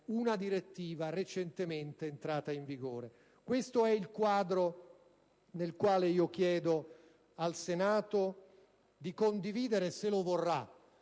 una direttiva recentemente entrata in vigore. Questo è il quadro nel quale io chiedo al Senato di condividere, se lo vorrà,